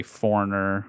foreigner